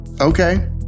Okay